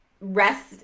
rest